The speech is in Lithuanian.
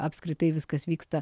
apskritai viskas vyksta